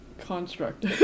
construct